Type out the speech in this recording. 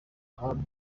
aha